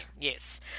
Yes